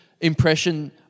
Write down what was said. impression